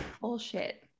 Bullshit